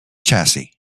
chassis